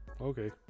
okay